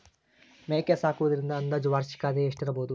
ಮೇಕೆ ಸಾಕುವುದರಿಂದ ಅಂದಾಜು ವಾರ್ಷಿಕ ಆದಾಯ ಎಷ್ಟಿರಬಹುದು?